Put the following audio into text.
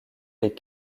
les